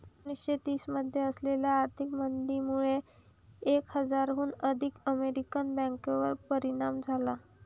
एकोणीसशे तीस मध्ये आलेल्या आर्थिक मंदीमुळे एक हजाराहून अधिक अमेरिकन बँकांवर परिणाम झाला